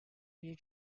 you